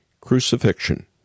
Crucifixion